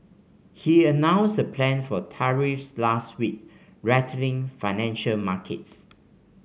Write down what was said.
he announced the plan for tariffs last week rattling financial markets